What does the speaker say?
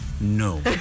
No